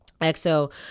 EXO